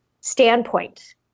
standpoint